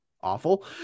awful